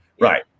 Right